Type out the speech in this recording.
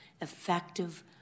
effective